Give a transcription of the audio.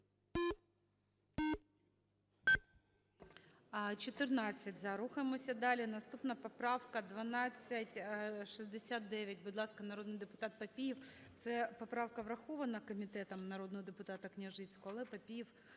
За-14 Рухаємося далі. Наступна поправка 1269. Будь ласка, народний депутат Папієв. Ця поправка врахована комітетом, народного депутата Княжицького, але Папієв